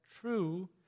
true